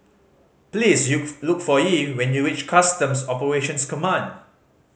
please look for Yee when you reach Customs Operations Command